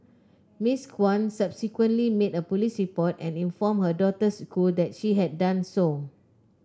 Miss Kwan subsequently made a police report and informed her daughter's school that she had done so